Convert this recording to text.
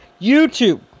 YouTube